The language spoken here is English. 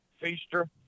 Feaster